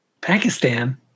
Pakistan